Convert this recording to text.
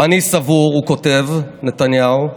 "אני סבור" הוא כותב, נתניהו,